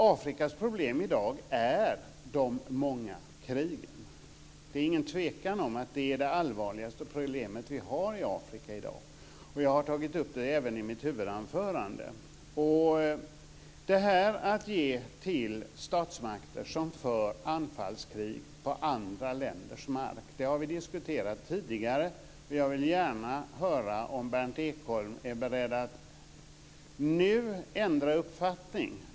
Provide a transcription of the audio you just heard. Afrikas problem i dag är de många krigen. Det är ingen tvekan om att det är det allvarligaste problemet vi har i Afrika i dag. Jag har tagit upp detta även i mitt huvudanförande. Detta med att ge till statsmakter som för anfallskrig på andra länders mark har vi diskuterat tidigare. Jag vill gärna höra om Berndt Ekholm är beredd att nu ändra uppfattning.